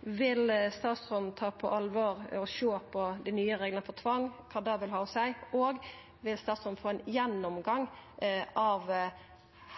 Vil statsråden ta på alvor og sjå på dei nye reglane for tvang og kva dei vil ha å seia, og vil statsråden få ein gjennomgang av